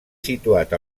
situat